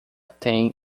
tem